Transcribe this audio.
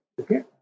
okay